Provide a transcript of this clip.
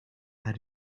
had